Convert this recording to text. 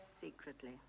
secretly